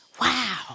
Wow